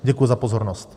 Děkuji za pozornost.